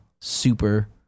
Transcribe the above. super